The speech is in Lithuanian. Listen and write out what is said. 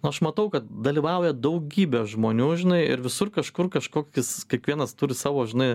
nu aš matau kad dalyvauja daugybė žmonių žinai ir visur kažkur kažkokis kiekvienas turi savo žinai